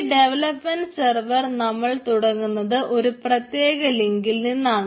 ഈ development server നമ്മൾ തുടങ്ങുന്നത് ഒരു പ്രത്യേക ലിങ്കിൽ നിന്നാണ്